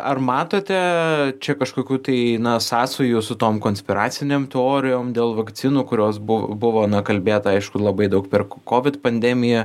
ar matote čia kažkokių tai na sąsajų su tom konspiracinėm teorijom dėl vakcinų kurios buvo buvo kalbėta aišku labai daug per covid pandemiją